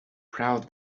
proud